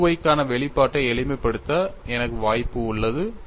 U y க்கான வெளிப்பாட்டை எளிமைப்படுத்த எனக்கு வாய்ப்பு உள்ளது